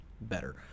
better